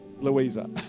Louisa